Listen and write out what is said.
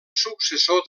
successor